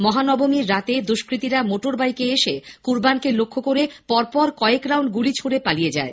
মহানবমীর রাতে দুষ্কৃতিরা মোটরবাইকে এসে কুরবানকে লক্ষ্য করে পরপর কয়েক রাউন্ড গুলি ছুঁড়ে পালিয়ে যায়